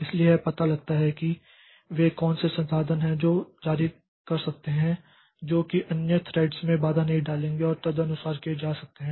इसलिए यह पता लगा सकता है कि वे कौन से संसाधन हैं जो जारी कर सकते हैं जो कि अन्य थ्रेड्स में बाधा नहीं डालेंगे और तदनुसार यह किये जा सकते हैं